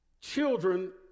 children